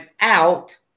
out